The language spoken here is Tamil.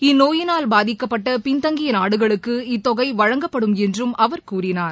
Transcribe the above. இந்நோயினால் பாதிக்கப்பட்ட பின்தங்கிய நாடுகளுக்கு இத்தொகை வழங்கப்படும் என்றும் அவர் கூறினார்